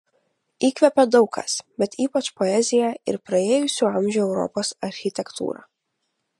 įkvepia daug kas bet ypač poezija ir praėjusių amžių europos architektūra